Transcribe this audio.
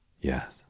Yes